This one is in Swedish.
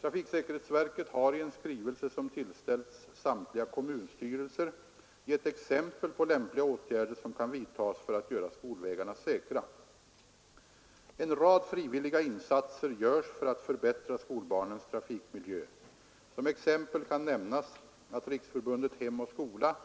Trafiksäkerhetsverket har i en skrivelse, som tillställts samtliga kommunstyrelser, gett exempel på lämpliga åtgärder som kan vidtas för att göra skolvägarna säkra. En rad frivilliga insatser görs för att förbättra skolbarnens trafikmiljö. Som exempel kan nämnas att Riksförbundet Hem och skola